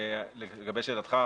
לגבי שאלתך,